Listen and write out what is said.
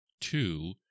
Two